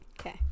Okay